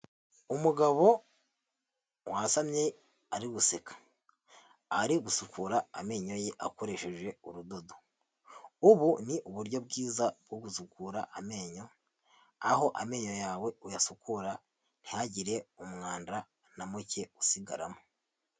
Umugabo wasamye ari guseka. Ari gusukura amenyo ye akoresheje urudodo. Ubu ni uburyo bwiza bwo gusukura amenyo, aho amenyo yawe uyasukura ntihagire umwanda na muke usigaramo.